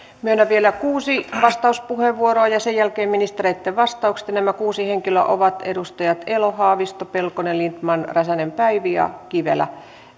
myönnän vielä kuusi vastauspuheenvuoroa ja sen jälkeen ministereitten vastaukset nämä kuusi henkilöä ovat edustajat elo haavisto pelkonen lindtman räsänen päivi ja kivelä